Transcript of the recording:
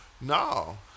No